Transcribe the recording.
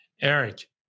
Eric